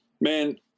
Man